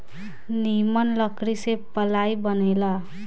निमन लकड़ी से पालाइ बनेला